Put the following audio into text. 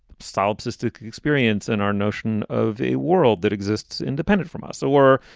solipsistic experience and our notion of a world that exists independent from us or,